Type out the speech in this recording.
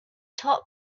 top